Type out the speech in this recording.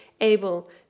able